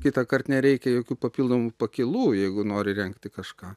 kitąkart nereikia jokių papildomų pakylų jeigu nori rengti kažką